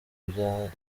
byanyuze